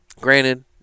Granted